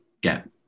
get